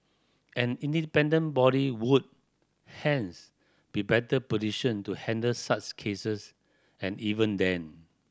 an independent body would hence be better positioned to handle such cases and even then